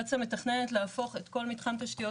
קצא"א מתכננת להפוך את כל מתחם תשתיות